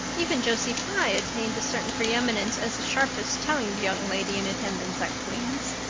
even josie pye attained a certain preeminence as the sharpest-tongued young lady in attendance at queen's.